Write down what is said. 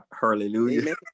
hallelujah